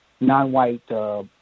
non-white